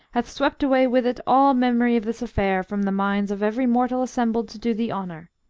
hath swept away with it all memory of this affair from the minds of every mortal assembled to do thee honour.